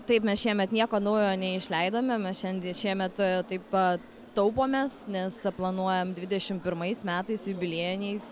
taip mes šiemet nieko naujo neišleidome mes šiandie šiemet taip pa taupomės nes planuojam dvidešim pirmais metais jubiliejiniais